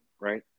Right